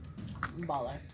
Baller